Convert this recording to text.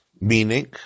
Meaning